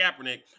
Kaepernick